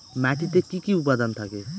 মাটিতে কি কি উপাদান থাকে?